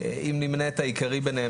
אם נמנה את העיקרי ביניהם,